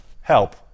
Help